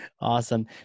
Awesome